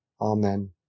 Amen